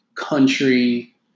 Country